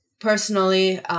Personally